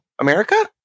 America